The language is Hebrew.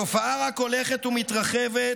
התופעה רק הולכת ומתרחבת,